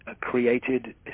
created